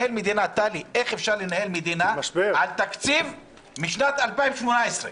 טלי, איך אפשר לנהל מדינה עם תקציב משנת 2018?